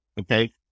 okay